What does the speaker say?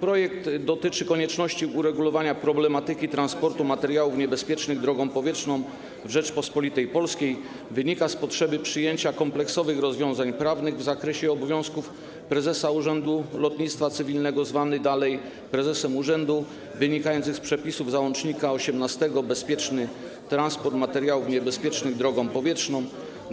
Projekt dotyczący konieczności uregulowania problematyki transportu materiałów niebezpiecznych drogą powietrzną w Rzeczypospolitej Polskiej wynika z potrzeby przyjęcia kompleksowych rozwiązań prawnych w zakresie obowiązków prezesa Urzędu Lotnictwa Cywilnego, zwanego dalej prezesem urzędu, wynikających z przepisów załącznika nr 18 ˝Bezpieczny transport materiałów niebezpiecznych drogą powietrzną˝